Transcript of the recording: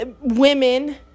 women